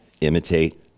imitate